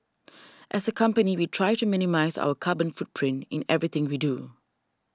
as a company we try to minimise our carbon footprint in everything we do